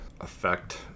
affect